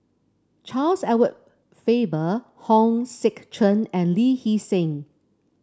Charles Edward Faber Hong Sek Chern and Lee Hee Seng